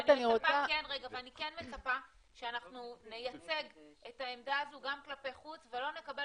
אני כן מצפה שאנחנו נייצג את העמדה הזו גם כלפי חוץ ולא נקבל